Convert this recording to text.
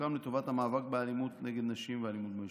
ובחיזוקם לטובת המאבק באלימות נגד נשים ואלימות במשפחה.